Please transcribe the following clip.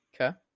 Okay